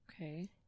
Okay